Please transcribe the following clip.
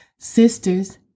sisters